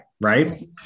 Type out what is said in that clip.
right